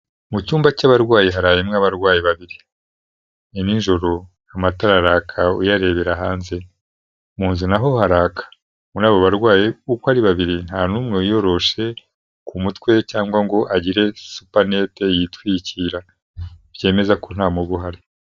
Mu cyumba cy'abarwayi harayemo abarwayi babiri. Ni nijoro, amatara araka uyarebera hanze. Mu nzu naho haraka. Muri abo barwayi uko ari babiri nta n'umwe wiyoroshe ku mutwe cyangwa ngo agire supanete yitwikira. Byemezako nta mubu uhari.